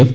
F